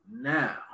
now